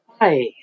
Hi